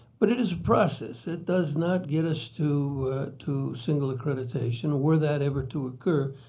but it is a process. it does not get us to to single accreditation. were that ever to occur,